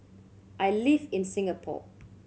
I live in Singapore